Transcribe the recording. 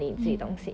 mm